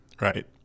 Right